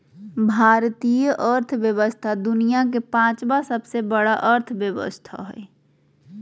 भारतीय अर्थव्यवस्था दुनिया के पाँचवा सबसे बड़ा अर्थव्यवस्था हय